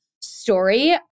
story